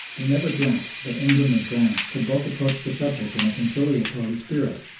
they never dreamed that england and france could both approach the subject in a conciliatory spirit,